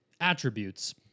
attributes